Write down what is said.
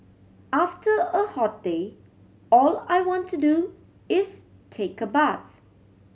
after a hot day all I want to do is take a bath